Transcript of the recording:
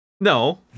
No